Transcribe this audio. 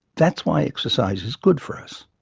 that's why exercise is good for us.